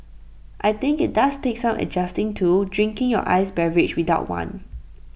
I think IT does take some adjusting to drinking your iced beverage without one